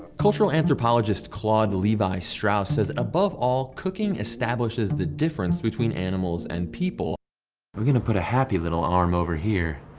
cultural anthropologist claude levi-strauss says that above all, cooking establishes the difference between animals and people we're gonna put a happy little arm over here,